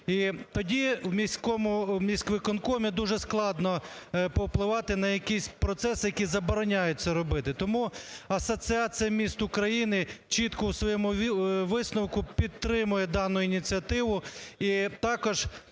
І тоді в міськвиконкомі дуже складно повпливати на якісь процеси, які забороняють це робити. Тому Асоціація міст України чітко у своєму висновку підтримує дану ініціативу і також